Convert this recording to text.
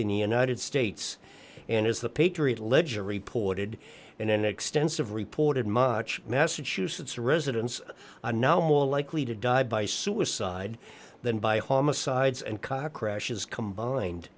ian ited states and is the patriot ledger reported in an extensive reported much massachusetts residents are now more likely to die by suicide than by homicides and car crashes combined